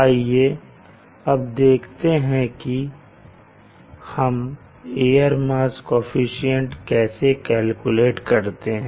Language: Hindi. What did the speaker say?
आइए अब देखते हैं कि हम एयर मास कोअफिशन्ट कैसे कैलकुलेट करते हैं